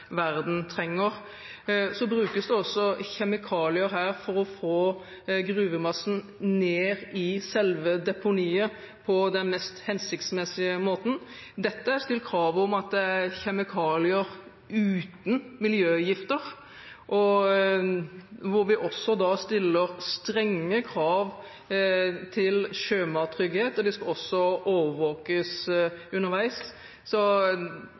verden trenger. Så brukes det også kjemikalier her for å få gruvemassen ned i selve deponiet på den mest hensiktsmessige måten. Det er stilt krav om at det er kjemikalier uten miljøgifter, vi stiller strenge krav til sjømattrygghet, og det skal også overvåkes underveis. Så